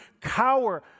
cower